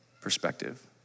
perspective